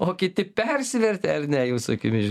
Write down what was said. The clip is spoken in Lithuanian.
o kiti persivertė ar ne jūsų akimis